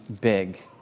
big